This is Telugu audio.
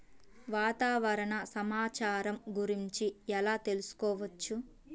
వాతావరణ సమాచారం గురించి ఎలా తెలుసుకోవచ్చు?